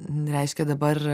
reiškia dabar